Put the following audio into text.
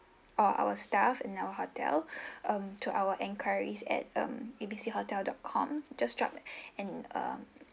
or our staff in our hotel um to our enquiries at um A B C hotel dot com just drop an uh